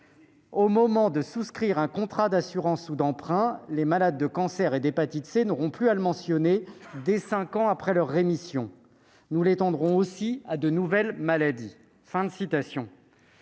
Au moment de souscrire un contrat d'assurance ou d'emprunt, les malades de cancers et d'hépatite C n'auront plus à le mentionner dès cinq ans après leur rémission (contre dix ans aujourd'hui). Nous l'étendrons aussi à de nouvelles maladies. »